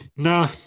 No